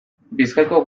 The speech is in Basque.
bizkaiko